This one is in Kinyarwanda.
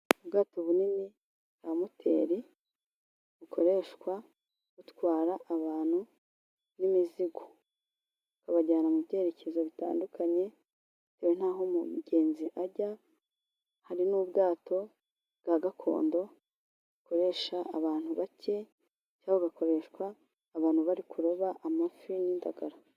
Ubwato bunini bwa moteri bukoreshwa butwara abantu n'imizigo, babajyana mu byerekezo bitandukanye bitewe n'aho umugenzi ajya, hari n'ubwato bwa gakondo bukoresha abantu bake cyangwa bukoreshwa abantu bari kuroba amafi n'indagara.